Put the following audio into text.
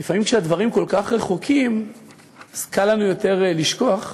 ולפעמים כשהדברים כל כך רחוקים אז קל לנו יותר לשכוח,